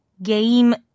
Game